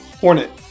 Hornet